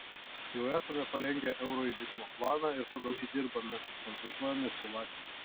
jau esame parengę euro įvedimo planą ir pagal jį dirbame konsultuojamės su latviais